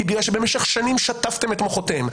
בגלל שבמשך שנים שטפתם את מוחותיהם.